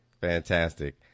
Fantastic